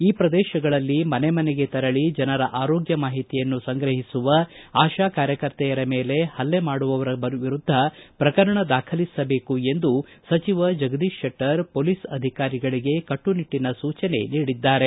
ಈ ಪ್ರದೇಶಗಳಲ್ಲಿ ಮನೆ ಮನೆಗೆ ತೆರಳಿ ಜನರ ಆರೋಗ್ಯ ಮಾಹಿತಿಯನ್ನು ಸಂಗ್ರಹಿಸುವ ಆಶಾ ಕಾರ್ಯಕರ್ತರ ಮೇಲೆ ಹಲ್ಲೆ ಮಾಡುವವರ ಮೇಲೆ ಪ್ರಕರಣ ದಾಖಲಿಸಬೇಕು ಎಂದು ಸಚಿವ ಜಗದೀಶ್ ಶೆಟ್ಲರ್ ಪೊಲೀಸ್ ಅಧಿಕಾರಿಗಳಿಗೆ ಕಟ್ಟುನಿಟ್ಟಿನ ಸೂಚನೆ ನೀಡಿದ್ದಾರೆ